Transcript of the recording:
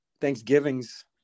Thanksgivings